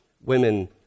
women